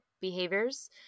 behaviors